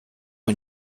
and